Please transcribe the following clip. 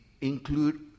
include